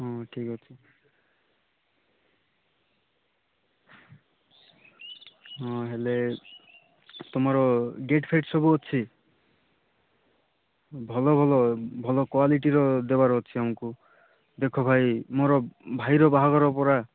ହଁ ଠିକ୍ ଅଛି ହଁ ହେଲେ ତମର ଗେଟ୍ଫେଟ୍ ସବୁ ଅଛି ଭଲ ଭଲ ଭଲ କ୍ୱାଲିଟିର ଦେବାର ଅଛି ଆମକୁ ଦେଖ ଭାଇ ମୋର ଭାଇର ବାହାଘର ପରା